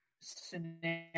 scenario